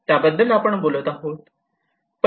त्याबद्दल आपण बोलत आहोत